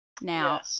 now